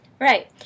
Right